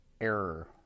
error